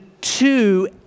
two